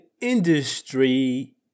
industry